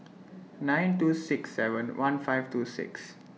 nine two six seven one five two six